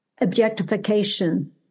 objectification